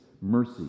mercy